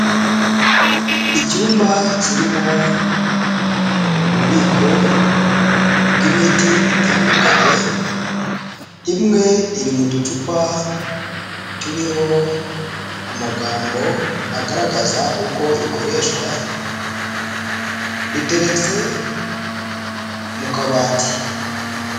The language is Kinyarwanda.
Icyumba kirimo ububiko bw'imiti itandukanye, imwe iri mu ducupa turiho amagambo agaragaza uko ikoreshwa duteretse mu kabati.